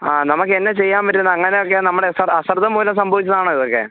ആ നമുക്ക് എന്നാ ചെയ്യാൻ പറ്റും അങ്ങനെയൊക്കെ നമ്മുടെ അശ്രദ്ധ മൂലം സംഭവിച്ചതാണോ ഇതൊക്കെ